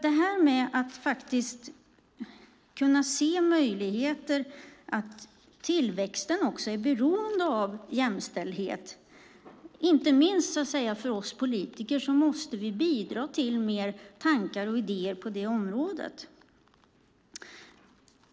Det gäller att faktiskt kunna se möjligheter, att tillväxten också är beroende av jämställdhet. Inte minst vi politiker måste bidra till mer tankar och idéer på det området.